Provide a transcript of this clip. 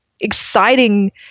exciting –